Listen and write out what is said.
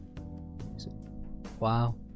Wow